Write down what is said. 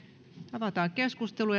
avataan keskustelu